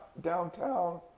downtown